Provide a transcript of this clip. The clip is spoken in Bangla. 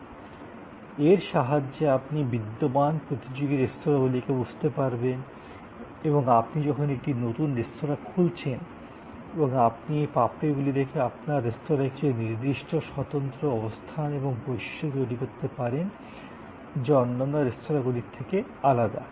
সুতরাং এর সাহায্যে আপনি বিদ্যমান প্রতিযোগি রেস্তোঁরাগুলিকে বুঝতে পারবেন এবং আপনি যখন একটি নতুন রেস্তোঁরা খুলছেন এবং আপনি এই পাপড়িগুলি দেখে আপনার রেস্তোঁরায় কিছু নির্দিষ্ট স্বতন্ত্র অবস্থান এবং বৈশিষ্ট্য তৈরি করতে পারেন যা অন্যান্য রেস্তোঁরাগুলির থেকে আলাদা